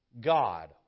God